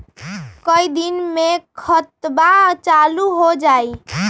कई दिन मे खतबा चालु हो जाई?